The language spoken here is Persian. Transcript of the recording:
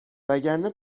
وگرنه